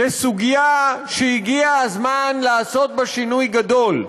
של סוגיה שהגיע הזמן לעשות בה שינוי גדול.